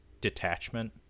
detachment